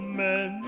men